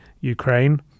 Ukraine